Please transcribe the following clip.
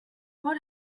what